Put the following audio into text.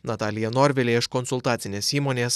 natalija norvilė iš konsultacinės įmonės